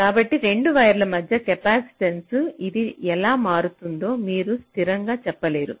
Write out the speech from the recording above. కాబట్టి 2 వైర్ల మధ్య కెపాసిటెన్స ఇది ఎలా మారుతుందో మీరు స్థిరంగా చెప్పలేరు